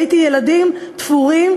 ראיתי ילדים תפורים,